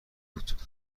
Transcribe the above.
بود